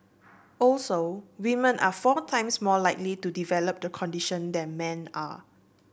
also women are four times more likely to develop the condition than men are